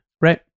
right